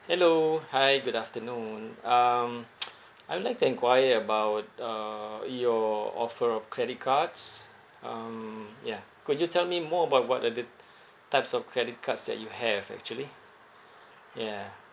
hello hi good afternoon um I would like to enquire about uh your offer of credit cards um ya could you tell me more about what are the types of credit cards that you have actually ya